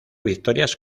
victorias